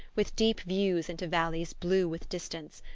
with deep views into valleys blue with distance,